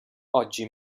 oggi